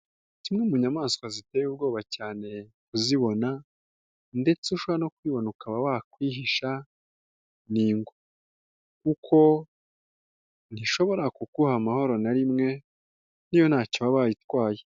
Zimwe mu nyamaswa ziteye ubwoba cyane kuzibona ndetsesh no kuyibona ukaba wakwihisha ni ingwe kuko ntishobora kuguha amahoro na rimwe niyo ntacyo waba wayitwaye.